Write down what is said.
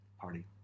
Party